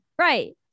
Right